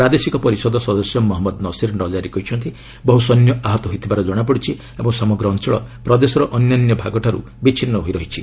ପ୍ରାଦେଶିକ ପରିଷଦ ସଦସ୍ୟ ମହମ୍ମଦ ନସିର୍ ନକାରି କହିଛନ୍ତି ବହୁ ସୈନ୍ୟ ଆହତ ହୋଇଥିବାର କଣାପଡ଼ିଛି ଓ ସମଗ୍ର ଅଞ୍ଚଳ ପ୍ରଦେଶର ଅନ୍ୟାନ୍ୟ ଭାଗଠାରୁ ବିଚ୍ଛିନ୍ନ ହୋଇ ରହିଛି